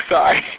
Sorry